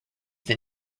than